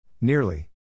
Nearly